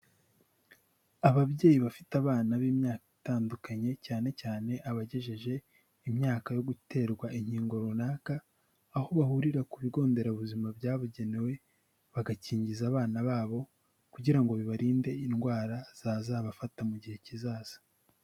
Ababyeyi bafite abana b'imyaka itandukanye cyane cyane abagejeje imyaka yo guterwa inkingo runaka, aho bahurira ku bigo nderabuzima byabugenewe bagakingiza abana babo kugira ngo bibarinde indwara zazabafata mu gihe kizaza.